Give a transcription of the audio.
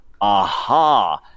Aha